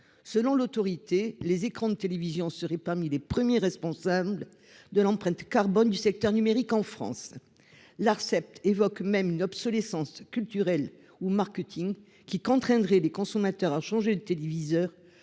Selon l'autorité, les écrans de télévision seraient parmi les premiers responsables de l'empreinte carbone du secteur numérique en France. L'Arcep évoque même une obsolescence « culturelle » ou « marketing » qui contraindrait les consommateurs, du fait d'une logique